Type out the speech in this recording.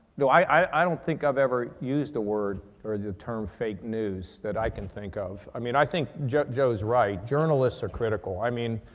no, i, i, i, i don't think i've ever used the word or the term fake news that i can think of. i mean, i think joe, joe's right, journalists are critical. i mean,